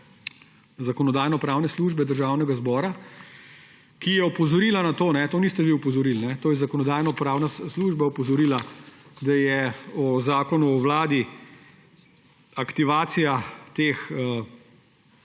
Zakonodajno-pravne službe Državnega zbora, ki je opozorila na to, to niste vi opozorili, to je Zakonodajno-pravna služba opozorila, da je v Zakonu o vladi aktivacija teh